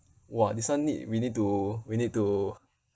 !wah! this one need we need to we need to